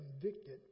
convicted